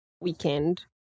weekend